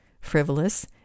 frivolous